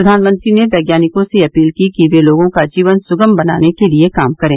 प्रधानमंत्री ने वैज्ञानिकों से अपील की कि वे लोगों का जीवन सुगम बनाने के लिए काम करें